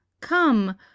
come